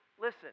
listen